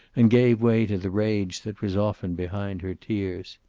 and gave way to the rage that was often behind her tears.